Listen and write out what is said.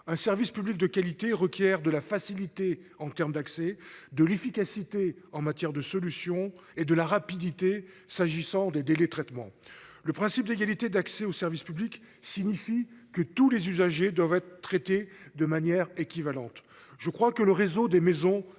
un service public de qualité requiert de la facilité en termes d'accès de l'efficacité en matière de solutions et de la rapidité s'agissant des délais de traitement. Le principe d'égalité d'accès aux services publics signifie que tous les usagers doivent être traités de manière équivalente. Je crois que le réseau des maison